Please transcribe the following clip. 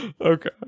Okay